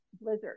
blizzard